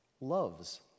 loves